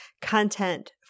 content